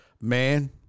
man